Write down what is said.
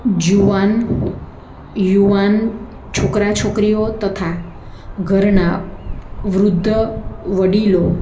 જુવાન યુવાન છોકરા છોકરીઓ તથા ઘરના વૃદ્ધ વડીલો